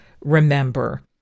remember